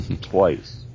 twice